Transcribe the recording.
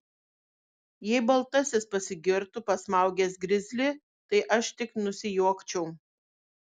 jei baltasis pasigirtų pasmaugęs grizlį tai aš tik nusijuokčiau